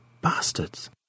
bastards